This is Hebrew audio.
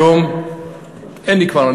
היום אין לי כבר,